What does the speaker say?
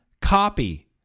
copy